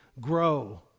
grow